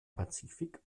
pazifik